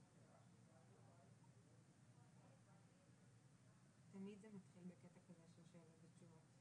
הסיבה היא שלמשרד הבריאות יש עוד קצת דברים להתעסק בהם חוץ מהסיפור הזה.